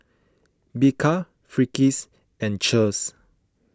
Bika Friskies and Cheers